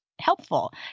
helpful